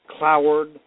Cloward